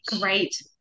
great